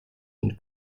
and